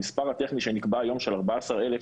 המספר הטכני שנקבע היום של 14,000,